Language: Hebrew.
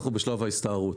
אנחנו בשלב ההסתערות.